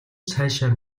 цаашаа